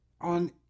on